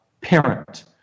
parent